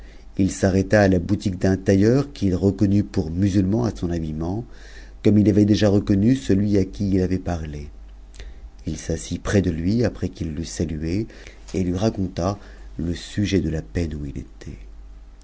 il s'arrêta à la boutique d'un tailleur an'it reconnut pour musulman à son habillement comme il avait déjà reconnu celui à qui il avait parlé il s'assit près de lui après qu'il l'eut salué et lui raconta le sujet de la peine où il était